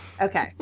Okay